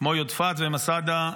כמו יודפת ומסדה,